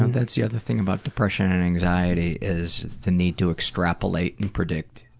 that's the other thing about depression and anxiety is the need to extrapolate and predict.